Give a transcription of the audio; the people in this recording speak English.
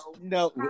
No